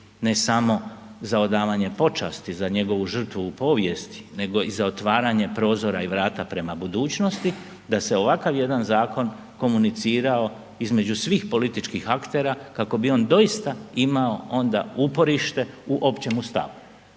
ne samo za odavanje počasti za njegovu žrtvu u povijesti nego i za otvaranje prozora i vrata prema budućnosti da se ovakav jedan zakon komunicirao između svih političkih aktera kako bi on doista imao onda uporište u općemu stavu.